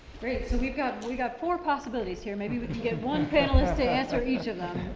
great. so we've got, we've got four possibilities here. maybe we could get one panelists to answer each of them.